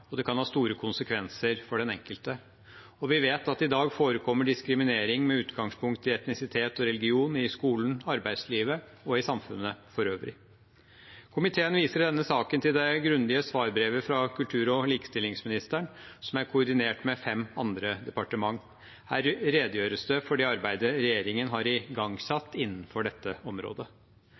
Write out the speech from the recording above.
og det kan ha store konsekvenser for den enkelte. Vi vet at det i dag forekommer diskriminering med utgangspunkt i etnisitet og religion i skolen, i arbeidslivet og i samfunnet for øvrig. Komiteen viser i denne saken til det grundige svarbrevet fra kultur- og likestillingsministeren som er koordinert med fem andre departement. Her redegjøres det for det arbeidet regjeringen har igangsatt innenfor dette området.